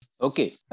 Okay